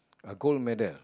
a gold medal